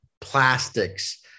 plastics